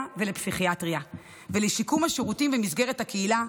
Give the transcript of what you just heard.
ולפסיכיאטריה ולשיקום השירותים במסגרת הקהילה,